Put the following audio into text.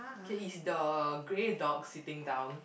okay is the grey dog sitting down